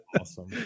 Awesome